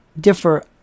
differ